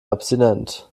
abstinent